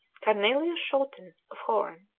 cornelius schouten of horn.